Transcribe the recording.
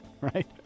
Right